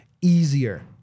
easier